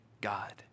God